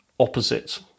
Opposite